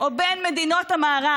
או בין מדינות המערב?